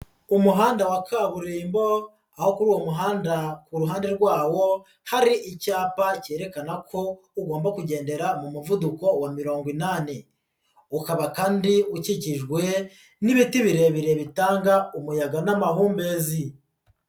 Umuhanda wa kaburimbo aho kuri uwo muhanda ku ruhande rwawo hari icyapa kerekana ko ugomba kugendera mu muvuduko wa mirongo inani, ukaba kandi ukikijwe n'ibiti birebire bitanga umuyaga n'amahumbezi.